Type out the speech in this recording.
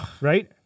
Right